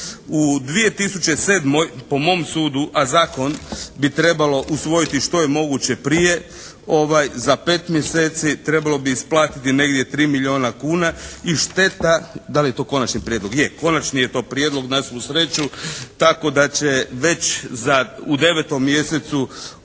U 2007. po mom sudu, a zakon bi trebalo usvojiti što je moguće prije za 5 mjeseci trebalo bi isplatiti negdje 3 milijuna kuna i šteta. Da li je to konačni prijedlog? Je. Konačni je to prijedlog na svu sreću, tako da će već u 9. mjesecu dio tih